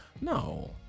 No